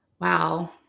wow